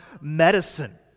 medicine